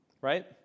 right